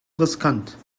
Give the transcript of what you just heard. riskant